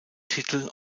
titel